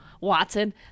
Watson